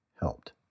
helped